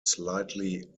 slightly